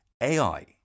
AI